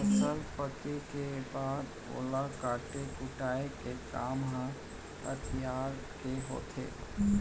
फसल पके के बाद ओला काटे कुटाय के काम ह अधियारा के होथे